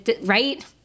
right